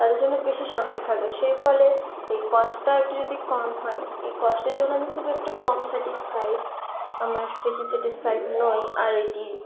তাদের জন্যে বেশি শ্যাম্পু থাকে সে ফলে এই কস্টটা একটু যদি কম হয় এই কস্টের জন্য আমি খুব একটু কম স্যাটিসফায়েড আমার বেশি স্যাটিসফায়েড নই আর এটি